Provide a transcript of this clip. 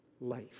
life